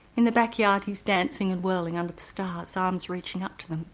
in the backyard he's dancing and whirling under the stars, arms reaching up to them.